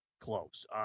close